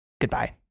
goodbye